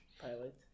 pilot